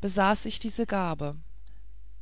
besaß ich diese gabe